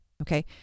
Okay